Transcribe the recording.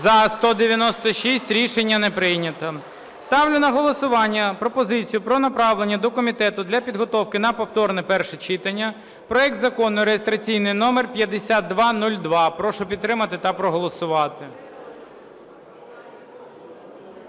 За-196 Рішення не прийнято. Ставлю на голосування пропозицію про направлення до комітету для підготовки на повторне перше читання проект Закону реєстраційний номер 5202. Прошу підтримати та проголосувати.